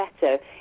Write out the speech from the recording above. better